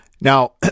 Now